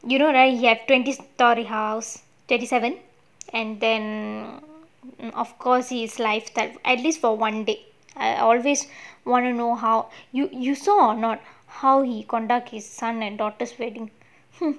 you know right he have twenty storey house twenty seven and then of course he is lifetime at least for one date I always want to know how you you saw or not how he conduct his son and daughter's wedding